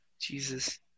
Jesus